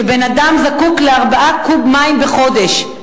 שבן-אדם זקוק ל-4 קוב מים בחודש,